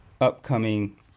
upcoming